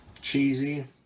cheesy